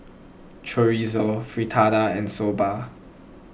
Chorizo Fritada and Soba